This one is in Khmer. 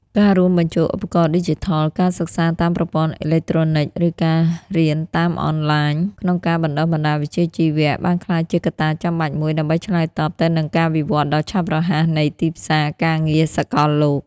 ការរួមបញ្ចូលឧបករណ៍ឌីជីថល ការសិក្សាតាមប្រព័ន្ធអេឡិចត្រូនិក ឬ ការរៀនតាមអនឡាញ ក្នុងការបណ្តុះបណ្តាលវិជ្ជាជីវៈ បានក្លាយជាកត្តាចាំបាច់មួយដើម្បីឆ្លើយតបទៅនឹងការវិវត្តដ៏ឆាប់រហ័សនៃទីផ្សារការងារសកលលោក។